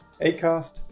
Acast